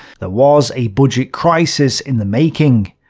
there was a budget crisis in the making.